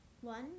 One